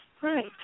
Right